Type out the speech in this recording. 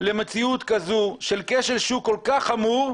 למציאות כזו של כשל שוק כל כך חמור,